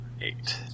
eight